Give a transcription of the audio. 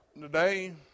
today